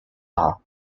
are